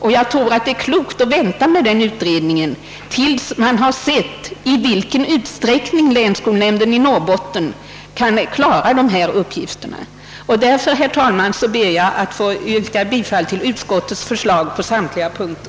Och jag tycker det är klokt att vänta med den utredningen till dess man sett i vilken utsträckning länsskolnämnden i Norrbotten kan klara dessa uppgifter. Herr talman! Med det anförda ber jag att få yrka bifall till utskottets hemställan vid samtliga punkter.